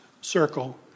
circle